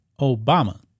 Obama